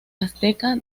azteca